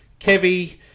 Kevy